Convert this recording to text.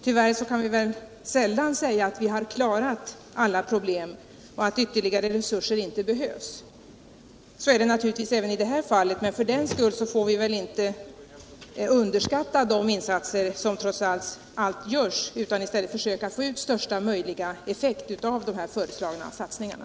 Tyvärr kan vi sällan säga att vi har klarat alla problem och att ytterligare resurser inte behövs. Så är det naturligtvis även i det här fallet, men för den skull får vi inte underskatta de insatser som trots allt görs utan försöka få ut största möjliga effekt av de föreslagna satsningarna.